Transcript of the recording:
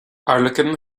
airleacain